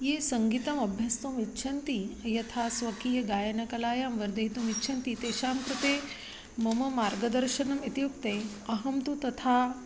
ये सङ्गीतम् अभ्यस्तुम् इच्छन्ति यथा स्वकीयगायनकलायां वर्धयितुम् इच्छन्ति तेषां कृते मम मार्गदर्शनम् इत्युक्ते अहं तु तथा